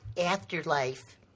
afterlife